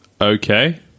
Okay